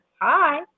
hi